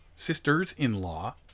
sisters-in-law